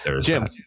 Jim